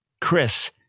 Chris